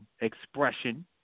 Expression